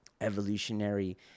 evolutionary